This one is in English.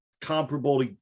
comparable